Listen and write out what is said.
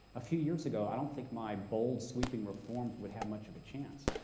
a few years ago, i don't think my bold, sweeping reforms would have much of a chance.